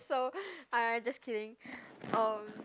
so alright just kidding um